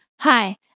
hi